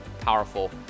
powerful